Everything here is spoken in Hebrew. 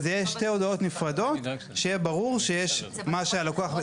וזה יהיה שתי הודעות נפרדות שיהיה ברור שיש מה שהלקוח,